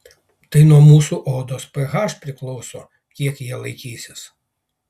tai nuo mūsų odos ph priklauso kiek jie laikysis